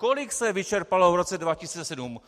Kolik se vyčerpalo v roce 2007?